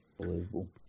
Unbelievable